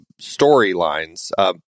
storylines